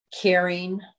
caring